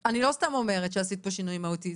אני לא סתם אומרת שעשית פה שינוי מהותי.